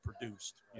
produced